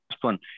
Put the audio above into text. one